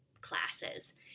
classes